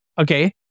Okay